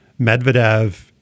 Medvedev